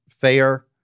fair